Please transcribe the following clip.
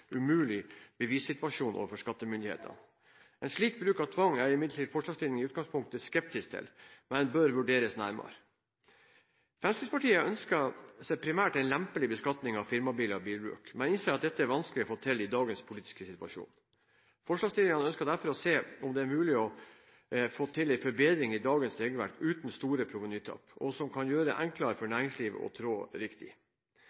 overfor skattemyndighetene. En slik bruk av tvang er imidlertid forslagsstillerne i utgangspunktet skeptiske til, men det bør vurderes nærmere. Fremskrittspartiet ønsker seg primært en lempeligere beskatning av firmabiler og bilbruk, men innser at dette er vanskelig å få til med dagens politiske situasjon. Forslagsstillerne ønsker derfor å se på om det er mulig å få til en forbedring i dagens regelverk uten store provenytap, som kan gjøre det enklere for